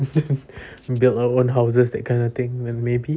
build their own houses that kind maybe